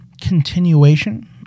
continuation